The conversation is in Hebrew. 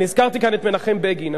הזכרתי כאן את מנחם בגין.